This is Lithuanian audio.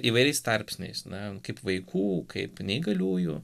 įvairiais tarpsniais na kaip vaikų kaip neįgaliųjų